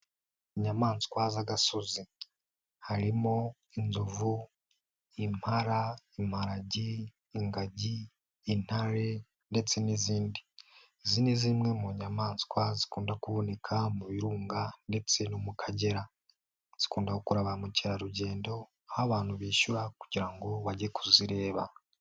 Inyamaswa z'agasozi harimo inzovu, impara, imparage, ingagi, intare ndetse n'izindi. Izi ni zimwe mu nyamaswa zikunda kuboneka mu birunga ndetse no mu Kagera. Zikunda gukurura ba mukerarugendo, aho abantu bishyura kugira ngo bage kuzireba.